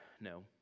No